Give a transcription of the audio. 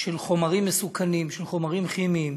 של חומרים מסוכנים, של חומרים כימיים,